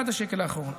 עד השקל האחרון.